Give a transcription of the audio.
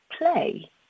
play